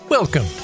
Welcome